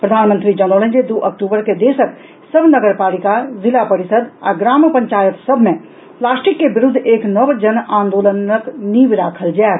प्रधानमंत्री जनौलनि जे दू अक्टूबर के देशक सभ नगरपालिका जिला परिषद आ ग्राम पंचायत सभ मे प्लास्टिक के विरूद्व एक नव जन आंदोलनक नीव राखल जायत